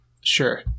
Sure